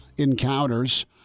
Encounters